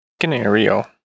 Scenario